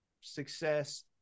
success